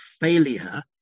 failure